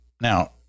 Now